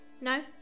No